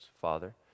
Father